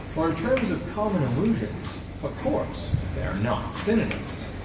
or in terms of common illusions, of course, they are not synonyms.